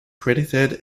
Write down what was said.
credited